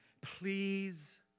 please